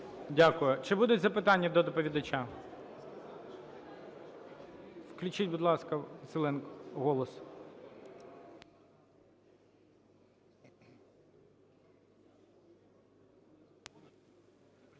Дякую. Чи будуть запитання до доповідача? Включіть, будь ласка,